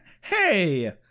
Hey